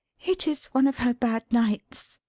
it is one of her bad nights,